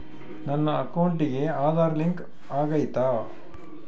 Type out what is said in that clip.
ನನ್ನ ಅಕೌಂಟಿಗೆ ಆಧಾರ್ ಲಿಂಕ್ ಆಗೈತಾ?